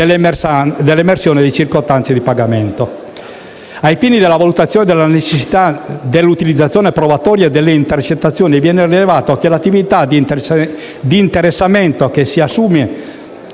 dell'emersione della circostanza del pagamento». Ai fini della valutazione della necessità dell'utilizzazione probatoria delle intercettazioni, viene rilevato che l'attività di interessamento che si assume